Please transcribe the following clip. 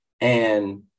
And-